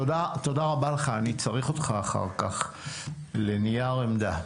תודה רבה לך, אני צריך אותך אחר כך לנייר עמדה.